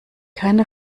keine